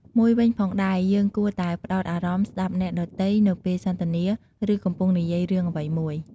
មួយវិញផងដែរ យើងគួរតែផ្តោតអារម្មណ៍ស្តាប់អ្នកដ៏ទៃនៅពេលសន្ទនាឬកំពុងនិយាយរឿងអ្វីមួយ។